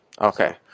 Okay